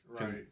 right